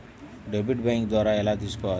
Debit bank ద్వారా ఎలా తీసుకోవాలి?